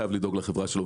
הוא חייב לדאוג לחברה שלו.